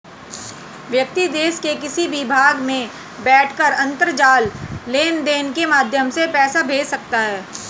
व्यक्ति देश के किसी भी भाग में बैठकर अंतरजाल लेनदेन के माध्यम से पैसा भेज सकता है